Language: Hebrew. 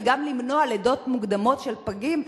וגם למנוע לידות מוקדמות של פגים,